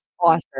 author